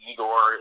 Igor